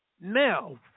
now